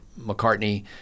McCartney